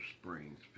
Springs